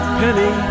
penny